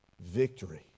victory